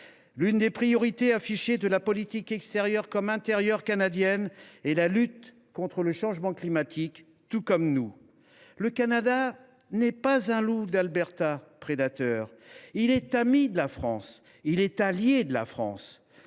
L’une des priorités affichées de la politique – extérieure comme intérieure – canadienne est la lutte contre le changement climatique, tout comme chez nous. Le Canada n’est pas un loup d’Alberta, un prédateur ; il est un ami, un allié de la France.